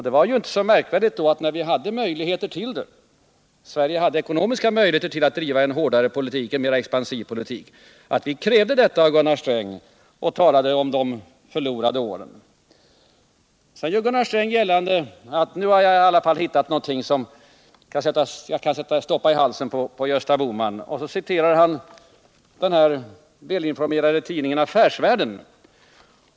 Det var ju inte så märkligt att vi, när Sverige hade ekonomiska möjligheter att driva en mer expansiv politik, krävde det av Gunnar Sträng och att vi talade om de förlorade åren. Gunnar Sträng sade att han nu hade hittat något som han kunde stoppa i halsen på Gösta Bohman, och så citerade han ur den välinformerade tidningen Affärsvärlden.